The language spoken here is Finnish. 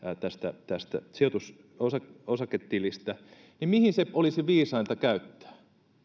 tästä tästä osaketilistä niin mihin se olisi viisainta käyttää